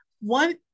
One